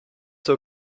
zur